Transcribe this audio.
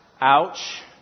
Ouch